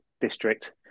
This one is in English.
district